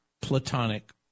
platonic